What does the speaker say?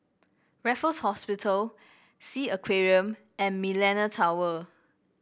Raffles Hospital Sea Aquarium and Millenia Tower